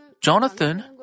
Jonathan